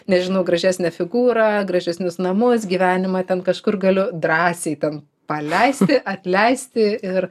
nežinau gražesnę figūrą gražesnius namus gyvenimą ten kažkur galiu drąsiai ten paleisti atleisti ir